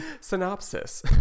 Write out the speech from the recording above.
Synopsis